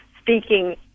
speaking